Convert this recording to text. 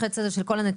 על מה העלויות.